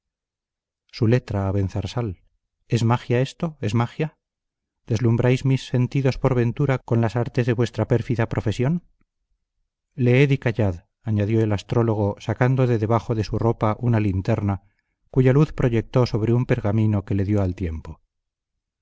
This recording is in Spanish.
su letra abenzarsal es magia esto es magia deslumbráis mis sentidos por ventura con las artes de vuestra pérfida profesión leed y callad añadió el astrólogo sacando de debajo de su ropa una linterna cuya luz proyectó sobre un pergamino que le dio al mismo tiempo